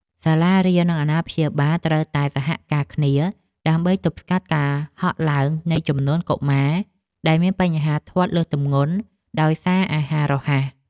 សាលារៀន និងអាណាព្យាបាលត្រូវតែសហការគ្នា ដើម្បីទប់ស្កាត់ការហក់ឡើងនៃចំនួនកុមារដែលមានបញ្ហាធាត់លើសទម្ងន់ដោយសារអាហាររហ័ស។